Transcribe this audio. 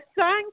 thank